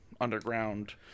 underground